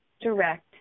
direct